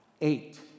Eight